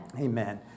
Amen